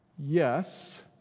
Yes